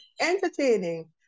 entertaining